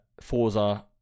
forza